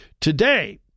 Today